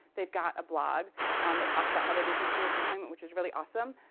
they've got a blog um that talks about how they do continuous deployment, which is really awesome.